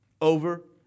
over